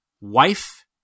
wife